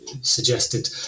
suggested